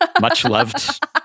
much-loved